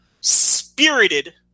spirited